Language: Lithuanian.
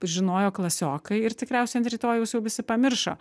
žinojo klasiokai ir tikriausiai ant rytojaus jau visi pamiršo